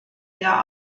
der